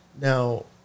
Now